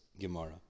Gemara